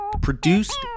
Produced